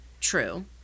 True